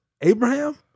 Abraham